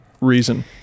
reason